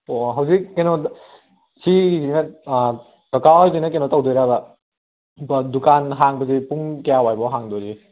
ꯑꯣ ꯑꯣ ꯍꯧꯖꯤꯛ ꯀꯩꯅꯣꯗ ꯁꯤ ꯀꯀꯥꯍꯣꯏꯗꯅ ꯀꯩꯅꯣ ꯇꯧꯗꯣꯏꯔꯥꯕ ꯗꯨꯀꯥꯟ ꯍꯥꯡꯕꯁꯦ ꯄꯨꯡ ꯀꯌꯥꯋꯥꯏꯐꯥꯎ ꯍꯥꯡꯗꯣꯔꯤ